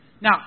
Now